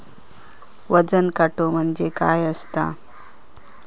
वजन काटो म्हणजे काय असता?